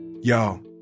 yo